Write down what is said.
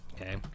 Okay